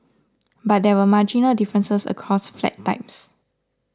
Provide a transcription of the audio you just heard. but there were marginal differences across flat types